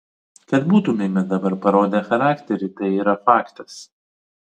kad būtumėme dabar parodę charakterį tai yra faktas